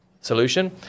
solution